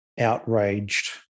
outraged